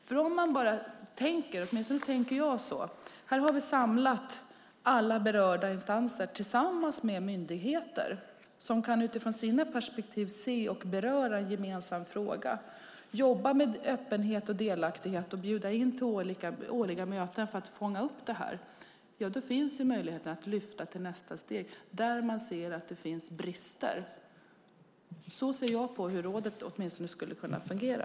Här har vi samlat - åtminstone jag tänker så - alla berörda instanser med myndigheter som utifrån sina perspektiv kan se och beröra en gemensam fråga och som kan jobba med öppenhet och delaktighet och bjuda in till årliga möten för att fånga upp detta. Då finns möjligheten att där man ser att det finns brister lyfta detta till nästa steg. Så ser åtminstone jag på hur rådet skulle kunna fungera.